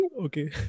okay